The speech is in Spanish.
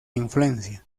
influencia